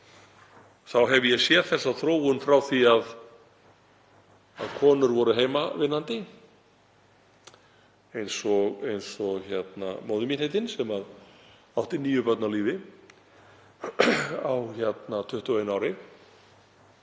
þá hef ég séð þessa þróun frá því að konur voru heimavinnandi eins og móðir mín heitin sem átti níu börn á lífi á 21 ári.